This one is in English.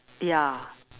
ya